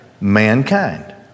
mankind